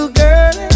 girl